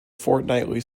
fortnightly